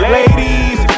ladies